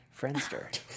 Friendster